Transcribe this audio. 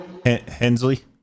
Hensley